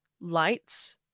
lights